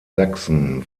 sachsen